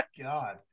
god